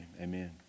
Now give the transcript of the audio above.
amen